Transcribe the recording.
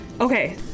Okay